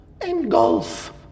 engulf